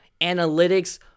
analytics